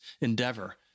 endeavor—